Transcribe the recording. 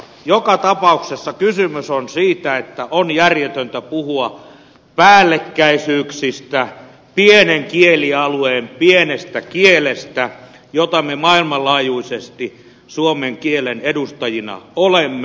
joka tapauksessa kysymys on siitä että on järjetöntä puhua päällekkäisyyksistä pienen kielialueen pienessä kielessä jonka suomen kielen edustajia me maailmanlaajuisesti olemme